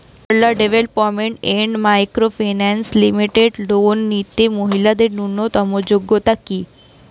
Sarala development and micro finance limited loan নিতে মহিলাদের ন্যূনতম যোগ্যতা কী?